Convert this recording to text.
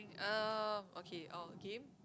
um okay or a game